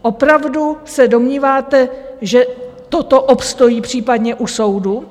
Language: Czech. Opravdu se domníváte, že toto obstojí případně u soudu?